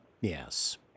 Yes